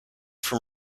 from